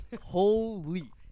Holy